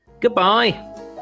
goodbye